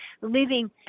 living